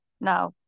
now